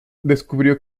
descubrió